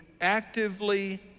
actively